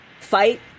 fight